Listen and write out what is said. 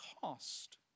cost